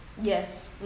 Yes